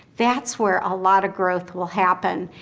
that's where a lot of growth will happen.